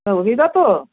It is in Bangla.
রবিদা তো